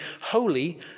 holy